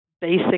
basic